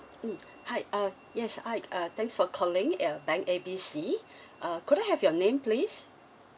mm hi uh yes hi uh thanks for calling uh bank A B C uh could I have your name please